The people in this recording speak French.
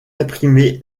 imprimée